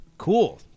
cool